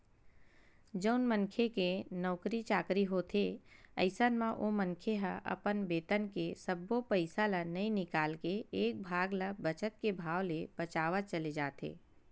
जउन मनखे के नउकरी चाकरी होथे अइसन म ओ मनखे ह अपन बेतन के सब्बो पइसा ल नइ निकाल के एक भाग ल बचत के भाव ले बचावत चले जाथे